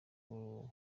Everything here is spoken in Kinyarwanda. kurangiza